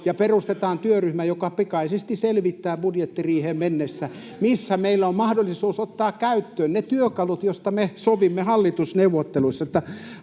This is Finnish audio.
Ja perustetaan työryhmä, joka pikaisesti selvittää budjettiriiheen mennessä, missä meillä on mahdollisuus ottaa käyttöön ne työkalut, joista me sovimme hallitusneuvotteluissa.